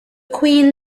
queen